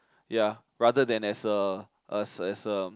ya rather than as a as a